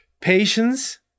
patience